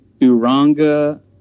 Uranga